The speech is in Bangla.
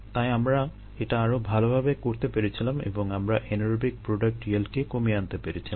তাই আমরা এটা আরো ভালভাবে করতে পেরেছিলাম এবং আমরা এন্যারোবিক প্রোডাক্ট ইয়েল্ডকে কমিয়ে আনতে পেরেছিলাম